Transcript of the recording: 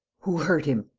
who hurt him?